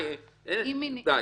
שוב,